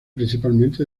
principalmente